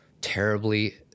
terribly